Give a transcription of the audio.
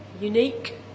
unique